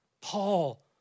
Paul